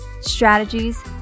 strategies